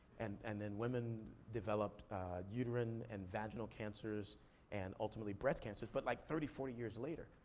and and then women developed uterine and vaginal cancers and ultimately breast cancers, but like thirty, forty years later.